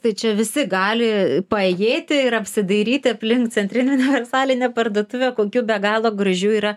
tai čia visi gali paėjėti ir apsidairyti aplink centrinę universalinę parduotuvę kokių be galo gražių yra